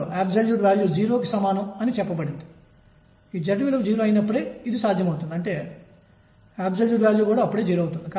వృత్తాకార కక్ష్యలో తిరుగుతున్న హైడ్రోజన్ పరమాణువులోని ఎలక్ట్రాన్ను బోర్ పరిగణించాడు